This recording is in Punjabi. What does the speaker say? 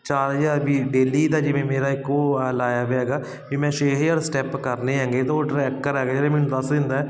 ਚਾਰ ਹਜ਼ਾਰ ਵੀ ਡੇਲੀ ਦਾ ਜਿਵੇਂ ਮੇਰਾ ਇੱਕ ਉਹ ਆ ਲਾਇਆ ਵਿਆ ਹੈਗਾ ਵੀ ਮੈਂ ਛੇ ਹਜ਼ਾਰ ਸਟੈਪ ਕਰਨੇ ਹੈਗੇ ਤਾਂ ਉਹ ਟਰੈਕਰ ਹੈਗਾ ਜਿਹੜਾ ਮੈਨੂੰ ਦੱਸ ਦਿੰਦਾ